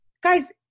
Guys